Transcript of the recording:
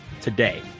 today